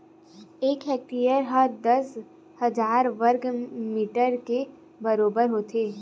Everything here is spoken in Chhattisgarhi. एक हेक्टेअर हा दस हजार वर्ग मीटर के बराबर होथे